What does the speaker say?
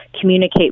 communicate